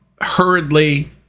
hurriedly